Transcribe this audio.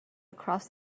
across